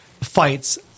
fights